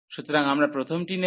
সুতরাং আমরা প্রথমটি নেব